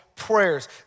prayers